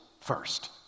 first